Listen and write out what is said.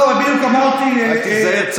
רק תיזהר.